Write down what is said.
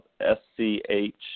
S-C-H